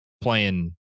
playing